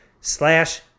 slash